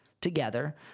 together